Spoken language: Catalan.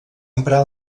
emprar